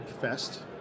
fest